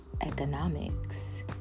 economics